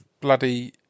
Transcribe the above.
bloody